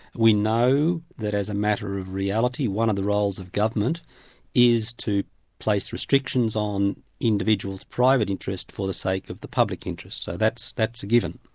we know that as a matter of reality one of the roles of government is to place restrictions on individuals' private interest for the sake of the public interest. so that's that's a given.